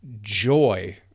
joy